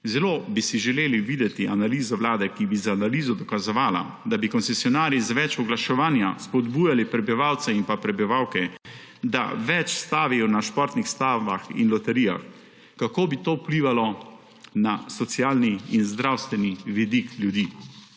Zelo bi si želeli videti analizo Vlade, ki bi dokazovala, da bi koncesionarji z več oglaševanja spodbujali prebivalce in prebivalke, da več stavijo na športnih stavah in loterijah. Kako bi to vplivalo na socialni in zdravstveni vidik ljudi?